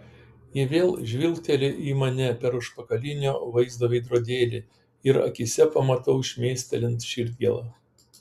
ji vėl žvilgteli į mane per užpakalinio vaizdo veidrodėlį ir akyse pamatau šmėstelint širdgėlą